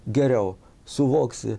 geriau suvoksi